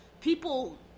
people